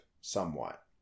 somewhat